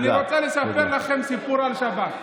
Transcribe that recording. אני רוצה לספר לכם סיפור על שבת,